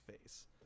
face